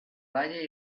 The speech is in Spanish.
valle